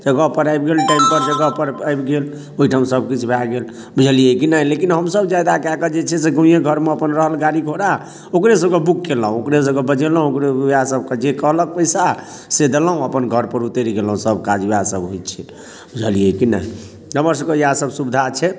जगह पर आबि गेल टाइम पर जगह पर आबि गेल ओहिठाम सभकिछु भए गेल बुझलियै कि नहि लेकिन हमसभ जादा कै कऽ जे छै से गाँवे घरमे अपन रहल गाड़ी घोड़ा ओकरे सभकऽ बुक कयलहुँ ओकरे सभकऽ बजेलहुँ ओकरे ओएह सभकऽ जे कहलक पैसा से देलहुँ अपन घर पर उतरि गेलहुँ सभ काज ओएह सभ होइत छै बुझलियै कि नहि हमर सभके इएह सभ सुविधा छै